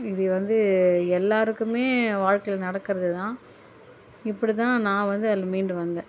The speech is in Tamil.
இது வந்து எல்லாருக்குமே வாழ்கையில நடக்கிறது தான் இப்படி தான் நான் வந்து அதில் மீண்டும் வந்தேன்